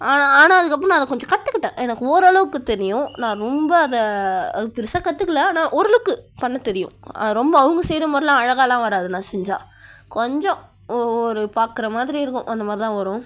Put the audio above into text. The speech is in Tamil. ஆனால் அதுக்கப்புறம் நான் அதை கொஞ்சம் கற்றுக்கிட்டேன் எனக்கு ஓரளவுக்கு தெரியும் நான் ரொம்ப அதை பெரிசா கற்றுக்கல ஆனால் ஓரளவுக்கு பண்ண தெரியும் ரொம்ப அவங்க செய்யற மாதிரிலாம் அழகாலாம் வராது நான் செஞ்சால் கொஞ்சம் ஒ ஒரு பாக்கற மாதிரி இருக்கும் அந்த மாதிரி தான் வரும்